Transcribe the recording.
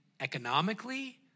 economically